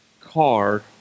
Car